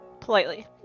politely